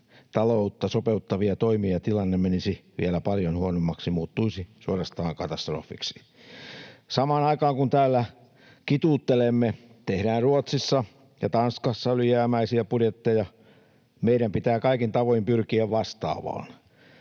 taloutta sopeuttavia toimia tilanne menisi vielä paljon huonommaksi, muuttuisi suorastaan katastrofiksi. Samaan aikaan kun täällä kituuttelemme, tehdään Ruotsissa ja Tanskassa ylijäämäisiä budjetteja. Meidän pitää kaikin tavoin pyrkiä vastaavaan.